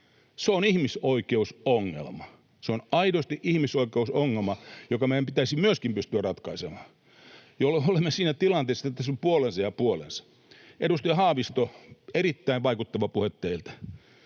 — on ihmisoikeusongelma. Se on aidosti ihmisoikeusongelma, joka meidän pitäisi myöskin pystyä ratkaisemaan, jolloin olemme siinä tilanteessa, että tässä on puolensa ja puolensa. Edustaja Haavisto, erittäin vaikuttava puhe teiltä.